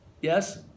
yes